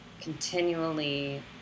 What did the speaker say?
continually